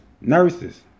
nurses